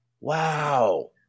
wow